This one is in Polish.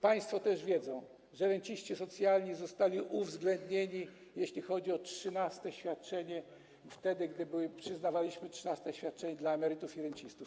Państwo też wiedzą, że renciści socjalni zostali uwzględnieni, jeśli chodzi o trzynaste świadczenie, wtedy gdy były, przyznawaliśmy trzynaste świadczenia dla emerytów i rencistów.